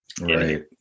Right